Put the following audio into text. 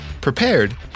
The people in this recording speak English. prepared